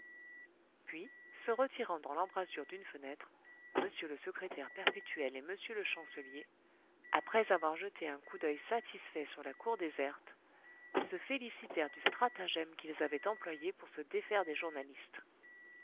puis se retirant dans l'embrasure d'une fenêtre m le secrétaire perpétuel et m le chancelier après avoir jeté un coup d'oeil satisfait sur la cour déserte se félicitèrent du stratagème qu'ils avaient employé pour se défaire des journalistes